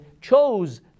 chose